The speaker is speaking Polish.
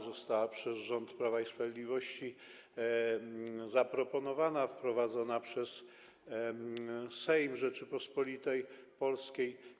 Została przez rząd Prawa i Sprawiedliwości zaproponowana i wprowadzona przez Sejm Rzeczypospolitej Polskiej.